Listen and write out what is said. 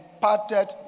parted